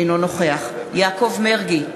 אינו נוכח יעקב מרגי,